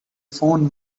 phone